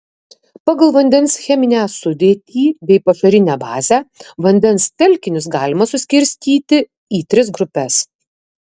pagal vandens cheminę sudėtį bei pašarinę bazę vandens telkinius galima suskirstyti į tris grupes